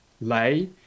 lay